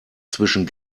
zwischen